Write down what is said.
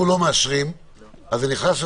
נכנס לתוקף,